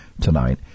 tonight